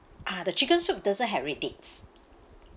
ah the chicken soup doesn't have red dates